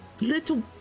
little